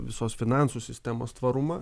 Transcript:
visos finansų sistemos tvarumą